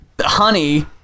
Honey